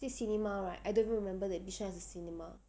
this cinema right I don't even remember that bishan has a cinema